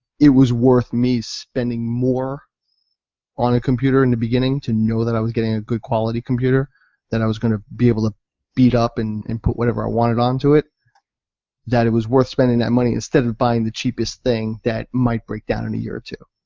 it was worth me spending more on a computer in the beginning to know that i was getting a good quality computer that i was going to be able to beat up and input whatever i wanted on to it that it was worth spending the money instead of buying the cheapest thing that might break down in a year or two.